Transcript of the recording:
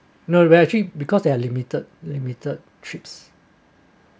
no very cheap because they are limited limited trips